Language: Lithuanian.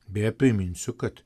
beje priminsiu kad